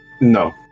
No